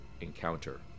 Encounter